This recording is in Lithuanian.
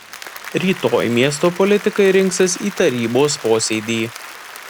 rytoj miesto politikai rinksis į tarybos posėdį